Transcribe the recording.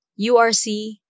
URC